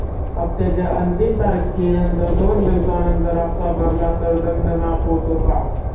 हप्त्याच्या अंतिम तारखेनंतर दोन दिवसानंतर हप्ता भरला तर दंड माफ होतो का?